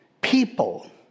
People